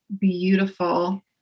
beautiful